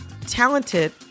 talented